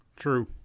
true